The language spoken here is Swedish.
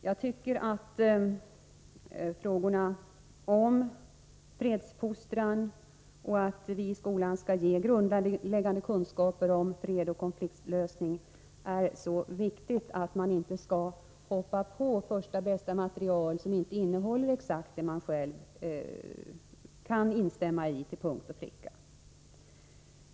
Jag tycker att frågorna om fredsfostran och betydelsen av att man i skolan ger grundläggande kunskaper om fred och konfliktlösning är så viktiga att man inte skall angripa första bästa material som inte innehåller det som man själv till punkt och pricka kan instämma i.